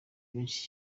benshi